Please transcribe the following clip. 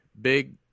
big